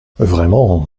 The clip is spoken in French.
vraiment